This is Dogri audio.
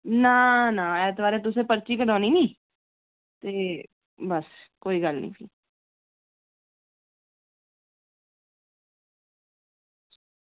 ना ना ऐतवारें तुसें पर्ची कटानी नी ते बस कोई गल्ल निं